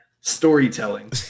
storytelling